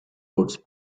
roads